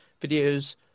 videos